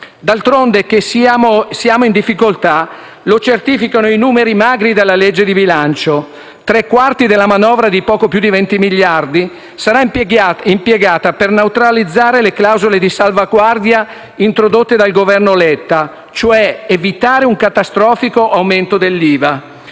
D'altronde, che siamo in difficoltà lo certificano i numeri magri della legge di bilancio: tre quarti della manovra di poco più di 20 miliardi sarà impiegata per neutralizzare le clausole di salvaguardia introdotte dal Governo Letta, cioè evitare un catastrofico aumento dell'IVA.